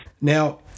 Now